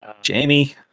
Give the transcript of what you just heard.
Jamie